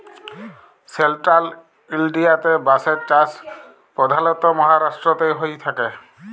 central ইলডিয়াতে বাঁশের চাষ পধালত মাহারাষ্ট্রতেই হঁয়ে থ্যাকে